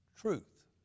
Truth